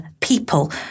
people